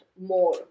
more